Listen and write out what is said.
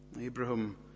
Abraham